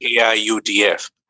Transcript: AIUDF